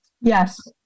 Yes